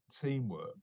teamwork